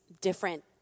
different